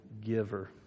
giver